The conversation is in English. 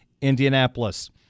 Indianapolis